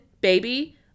Baby